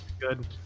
good